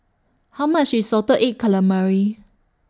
How much IS Salted Egg Calamari